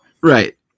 Right